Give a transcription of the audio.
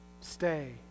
Stay